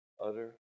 Utter